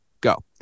go